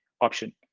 option